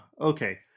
Okay